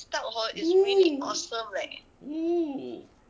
(ooh) (ooh)